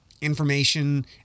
information